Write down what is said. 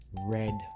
red